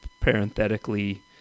parenthetically